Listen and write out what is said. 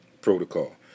protocol